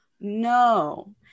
no